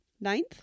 Ninth